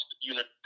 unit